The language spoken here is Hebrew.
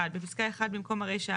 1. בפסקה 1 במקום הרישא,